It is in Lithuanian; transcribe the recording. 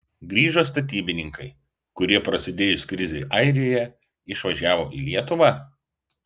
grįžo statybininkai kurie prasidėjus krizei airijoje išvažiavo į lietuvą